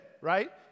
right